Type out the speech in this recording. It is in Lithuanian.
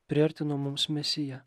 priartino mums mesiją